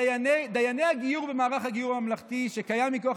דייני הגיור במערך הגיור הממלכתי שקיים מכוח